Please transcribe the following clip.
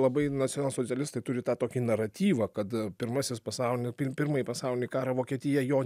labai nacionalsocialistai turi tą tokį naratyvą kad pirmasis pasaulinis pirmąjį pasaulinį karą vokietija jo